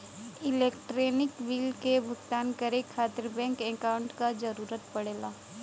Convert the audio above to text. electronic bill क भुगतान करे खातिर बैंक अकांउट क जरूरत पड़ला